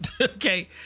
okay